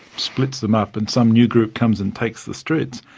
splits them up and some new group comes and takes the streets.